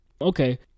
Okay